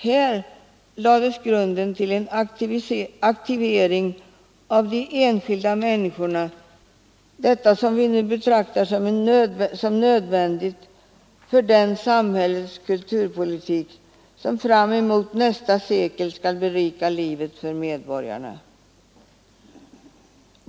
Här lades grunden till en aktivering av de enskilda människorna som vi nu betraktar som nödvändig för den samhällets kulturpolitik som fram emot nästa sekel skall berika livet för medborgarna.